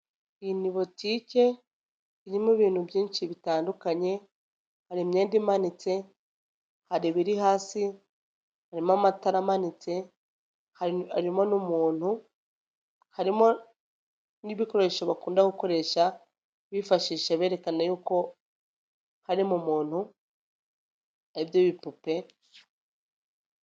Iyi ni botike irimo ibintu byinshi bitandukanye, hari imyenda imanitse, hari biri hasi, harimo amatara amanitse, harimo n'umuntu, harimo n'ibikoresho bakunda gukoresha bifashisha berekana y'uko harimo umuntu, aribyo bipupe.